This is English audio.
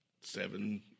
seven